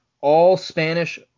all-Spanish